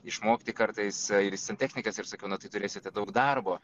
išmokti kartais santechnikas ir sakiau na tai turėsite daug darbo